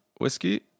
whiskey